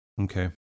Okay